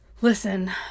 Listen